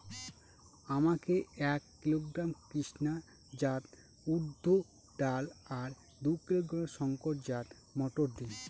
আমাকে এক কিলোগ্রাম কৃষ্ণা জাত উর্দ ডাল আর দু কিলোগ্রাম শঙ্কর জাত মোটর দিন?